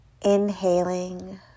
Inhaling